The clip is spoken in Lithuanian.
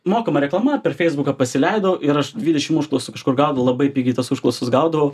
mokama reklama per feisbuką pasileidau ir aš dvidešim užklausų kažkur gaudavau labai pigiai tos užklausas gaudavau